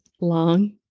long